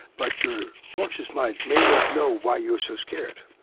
but your conscious mind may not know why you're so scared,